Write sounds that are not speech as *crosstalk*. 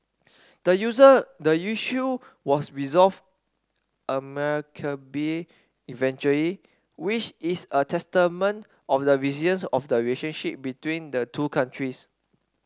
the user the issue was resolved *unintelligible* eventually which is a testament of the resilience of the relationship between the two countries